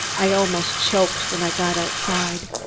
i almost choked when i got outside.